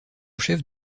chef